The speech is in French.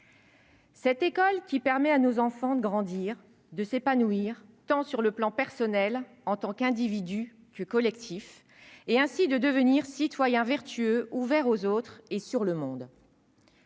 Cette école permet à nos enfants de grandir et de s'épanouir, tant sur le plan personnel, en tant qu'individus, que collectif : ils deviennent ainsi des citoyens vertueux, ouverts aux autres et sur le monde.